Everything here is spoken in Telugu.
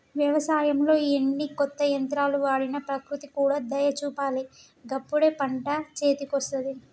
వ్యవసాయంలో ఎన్ని కొత్త యంత్రాలు వాడినా ప్రకృతి కూడా దయ చూపాలి గప్పుడే పంట చేతికొస్తది